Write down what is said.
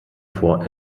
vor